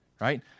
right